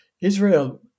Israel